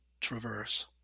traverse